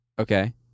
Okay